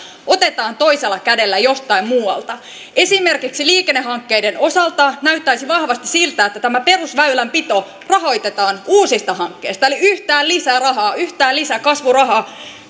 otetaan toisella kädellä jostain muualta esimerkiksi liikennehankkeiden osalta näyttäisi vahvasti siltä että tämä perusväylänpito rahoitetaan uusista hankkeista eli yhtään lisää rahaa yhtään lisää kasvurahaa